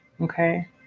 Okay